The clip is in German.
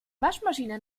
waschmaschine